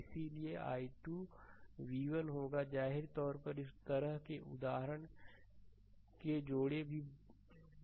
इसलिए i2 v1 होगा जाहिर तौर पर इस तरह के उदाहरण के जोड़े भी जाने जाते हैं